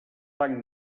banc